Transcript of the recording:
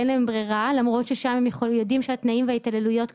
אין להם ברירה למרות שהם יודעים שהתנאים וההתעללויות קורים.